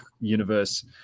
universe